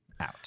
out